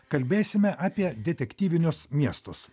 kalbėsime apie detektyvinius miestus